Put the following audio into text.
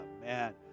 man